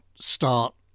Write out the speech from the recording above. start